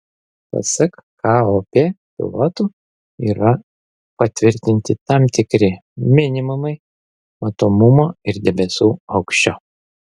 pasak kop pilotų yra patvirtinti tam tikri minimumai matomumo ir debesų aukščio